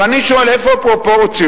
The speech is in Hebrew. ואני שואל: איפה הפרופורציות?